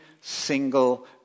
single